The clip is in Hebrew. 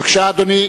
בבקשה, אדוני.